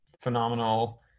phenomenal